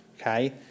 okay